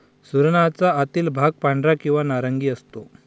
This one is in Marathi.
सुरणाचा आतील भाग पांढरा किंवा नारंगी असतो